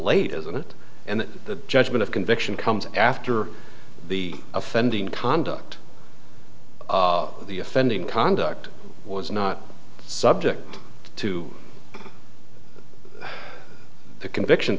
late as it and the judgment of conviction comes after the offending conduct the offending conduct was not subject to the conviction